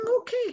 okay